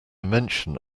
mention